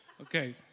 okay